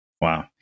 Wow